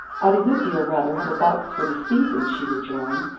i'd a good deal rather have a box for the season, she rejoined,